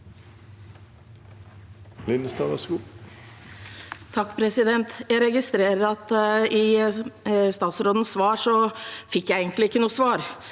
Jeg regist- rerer at i statsrådens svar fikk jeg egentlig ikke noe svar.